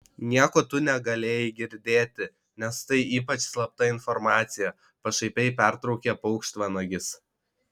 nieko tu negalėjai girdėti nes tai ypač slapta informacija pašaipiai pertraukė paukštvanagis